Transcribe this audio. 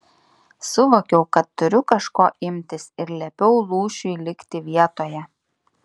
suvokiau kad turiu kažko imtis ir liepiau lūšiui likti vietoje